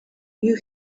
you